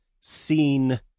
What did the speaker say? seen